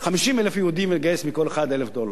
50,000 יהודים ולגייס מכל אחד 1,000 דולר.